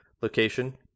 Location